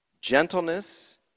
gentleness